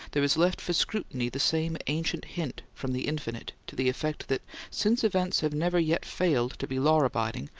there is left for scrutiny the same ancient hint from the infinite to the effect that since events have never yet failed to be law-abiding,